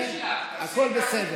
שכנראה כבר לא מסתובבים,